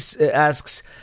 asks